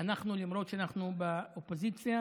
למרות שאנחנו באופוזיציה,